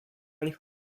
nich